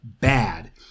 bad